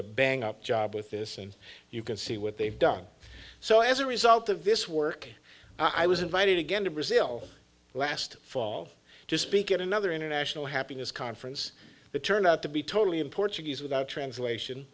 a bang up job with this and you can see what they've done so as a result of this work i was invited again to brazil last fall to speak at another international happiness conference that turned out to be totally in portuguese without translation